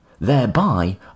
thereby